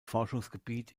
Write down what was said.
forschungsgebiet